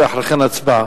ואחרי כן הצבעה.